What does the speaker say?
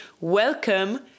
welcome